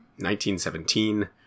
1917